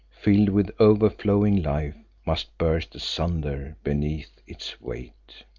filled with over-flowing life, must burst asunder beneath its weight.